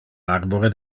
arbore